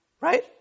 Right